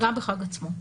גם בחג עצמו.